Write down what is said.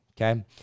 Okay